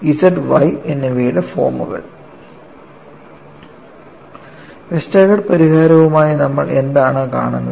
Forms of Z and Y Z Y എന്നിവയുടെ ഫോമുകൾ Westergaard പരിഹാരമായി നമ്മൾ എന്താണ് കാണുന്നത്